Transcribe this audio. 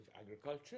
agriculture